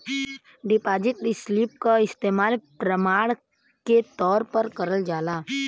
deposit slip क इस्तेमाल प्रमाण के तौर पर करल जाला